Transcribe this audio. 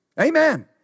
Amen